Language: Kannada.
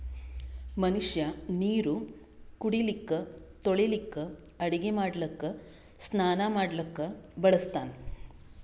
ಮನಷ್ಯಾ ನೀರು ಕುಡಿಲಿಕ್ಕ ತೊಳಿಲಿಕ್ಕ ಅಡಗಿ ಮಾಡ್ಲಕ್ಕ ಸ್ನಾನಾ ಮಾಡ್ಲಕ್ಕ ಬಳಸ್ತಾನ್